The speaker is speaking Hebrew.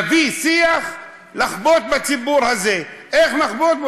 להביא שיח, לחבוט בציבור הזה, איך לחבוט בו?